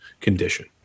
condition